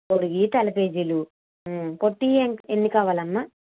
పొడుగువి తెల్ల పేజీలు పొట్టివి ఎన్ని కావాలమ్మా